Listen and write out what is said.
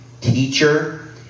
teacher